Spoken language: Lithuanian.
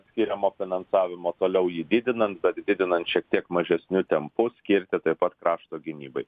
skiriamo finansavimo toliau jį didinant bet didinant šiek tiek mažesniu tempu skirti taip pat krašto gynybai